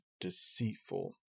deceitful